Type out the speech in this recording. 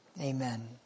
Amen